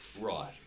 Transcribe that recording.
Right